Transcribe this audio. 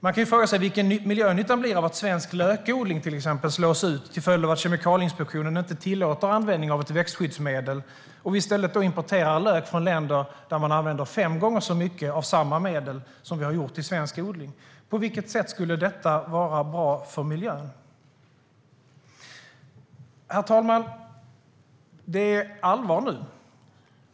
Man kan fråga sig vilken miljönytta det blir av att till exempel svensk lökodling slås ut till följd av att Kemikalieinspektionen inte tillåter användning av ett växtskyddsmedel och vi i stället importerar lök från länder där man använder fem gånger så mycket av samma medel som vi har gjort i svensk odling. På vilket sätt skulle detta vara bra för miljön? Herr talman! Det är allvar nu.